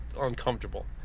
uncomfortable